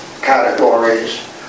categories